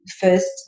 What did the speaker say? first